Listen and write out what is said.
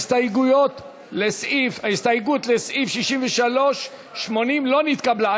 הסתייגות 80 לסעיף 63 לא נתקבלה.